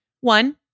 One